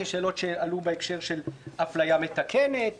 יש שאלות שעלו בהקשר של אפליה מתקנת